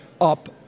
up